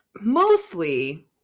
mostly